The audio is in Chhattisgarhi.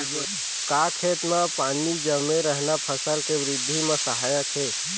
का खेत म पानी जमे रहना फसल के वृद्धि म सहायक हे?